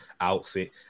outfit